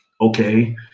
okay